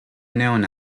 known